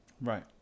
Right